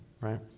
right